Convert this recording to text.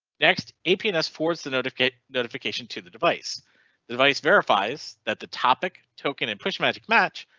next a ps four is the notification notification to the device the device verifies that the topic token and h magic match,